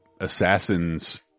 Assassin's